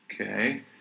Okay